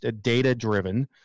data-driven